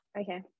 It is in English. Okay